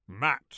matt